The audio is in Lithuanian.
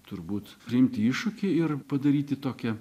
turbūt priimti iššūkį ir padaryti tokią